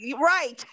Right